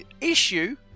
issue